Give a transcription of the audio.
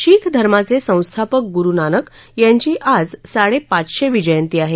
शीख धर्माचे संस्थापक गुरु नानक यांची आज साडेपाचशेवी जयंती आहे